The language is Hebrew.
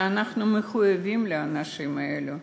שאנחנו מחויבים לאנשים האלה,